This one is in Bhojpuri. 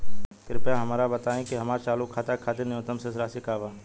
कृपया हमरा बताइ कि हमार चालू खाता के खातिर न्यूनतम शेष राशि का बा